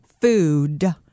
food